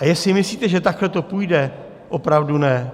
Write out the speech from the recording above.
A jestli myslíte, že takhle to půjde, opravdu ne!